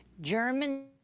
German